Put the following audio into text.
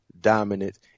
dominant